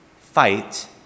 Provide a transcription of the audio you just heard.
fight